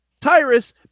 Tyrus